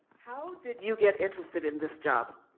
how did you get interested in this job?